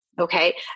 Okay